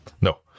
No